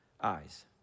eyes